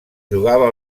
jugava